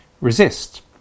resist